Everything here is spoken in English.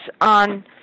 on